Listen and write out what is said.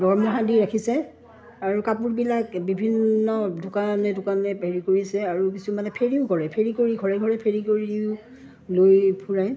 দৰমহা দি ৰাখিছে আৰু কাপোৰবিলাক বিভিন্ন দোকানে দোকানে হেৰি কৰিছে আৰু কিছুমানে ফেৰিও ঘৰে ফেৰি কৰি ঘৰে ঘৰে ফেৰি কৰিও লৈ ফুৰাই